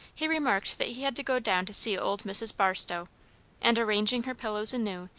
he remarked that he had to go down to see old mrs barstow and arranging her pillows anew,